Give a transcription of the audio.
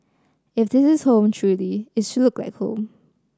if this is home truly it should look like home